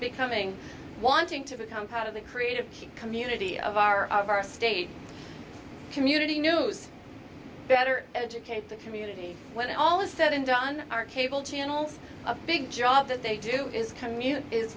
becoming wanting to become part of the creative community of our of our state community knows better educate the community when all is said and done our cable channels a big job that they do is community is